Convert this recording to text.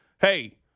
Hey